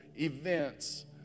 events